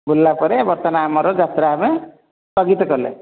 ବୁଲିଲା ପରେ ବର୍ତ୍ତମାନ ଆମର ଯାତ୍ରା ଆମେ ସ୍ଥଗିତ କଲେ